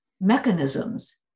mechanisms